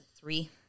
three